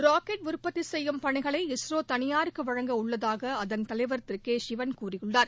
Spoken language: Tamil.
ராக்கெட் உற்பத்தி செய்யும் பணிகளை இஸ்ரோ தனியாருக்கு வழங்க உள்ளதாக அதள் தலைவா திரு கே சிவன் கூறியுள்ளார்